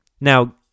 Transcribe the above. Now